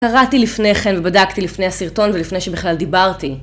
קראתי לפני כן ובדקתי לפני הסרטון ולפני שבכלל דיברתי